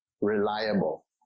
reliable